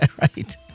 Right